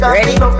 Ready